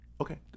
okay